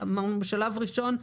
אמרנו שבשלב ראשון,